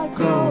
go